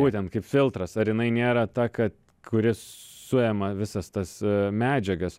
būtent kaip filtras ar jinai nėra ta kad kuri suima visas tas medžiagas